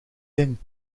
ding